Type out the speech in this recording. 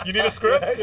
need a script? yeah